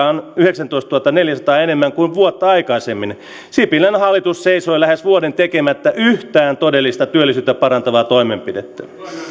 on yhdeksäntoistatuhannenneljänsadan enemmän kuin vuotta aikaisemmin sipilän hallitus seisoi lähes vuoden tekemättä yhtään todellista työllisyyttä parantavaa toimenpidettä